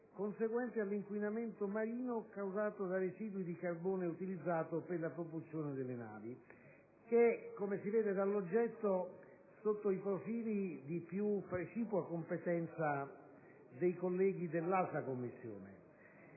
conseguente all'inquinamento marino causato da residui di carburante utilizzato per la propulsione delle navi. Come si può rilevare dall'oggetto, sotto alcuni profili è di più precipua competenza dei colleghi dell'8a Commissione.